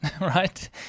right